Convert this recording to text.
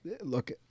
look